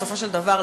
בסופו של דבר,